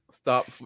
Stop